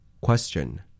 Question